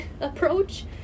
approach